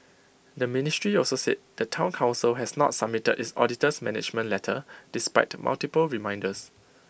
the ministry also said the Town Council has not submitted its auditor's management letter despite multiple reminders